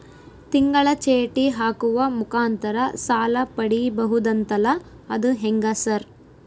ತಿಂಗಳ ಚೇಟಿ ಹಾಕುವ ಮುಖಾಂತರ ಸಾಲ ಪಡಿಬಹುದಂತಲ ಅದು ಹೆಂಗ ಸರ್?